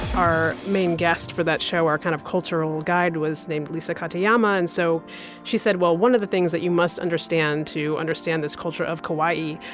our main guest for that show are kind of cultural guide was named lisa katayama. and so she said, well, one of the things that you must understand to understand this culture of kawai,